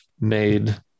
made